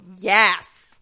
yes